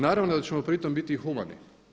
Naravno da ćemo pritom biti i humani.